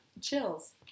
Chills